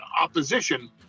opposition